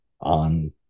on